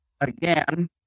Again